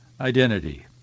identity